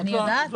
אני יודעת.